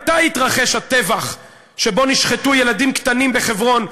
מתי התרחש הטבח שבו נשחטו ילדים קטנים בחברון,